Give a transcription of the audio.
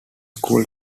school